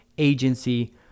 Agency